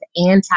anti